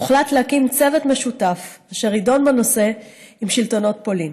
הוחלט להקים צוות משותף אשר ידון בנושא עם שלטונות פולין.